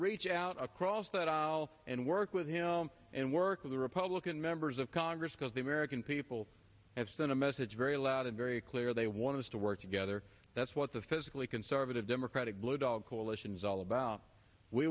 reach out across that aisle and work with him and work with the republican members of congress because the american people have sent a message very loud and very clear they want us to work together that's what the physically conservative democratic blue dog coalition is all about we